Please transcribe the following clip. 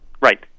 Right